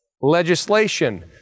legislation